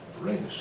Race